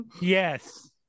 Yes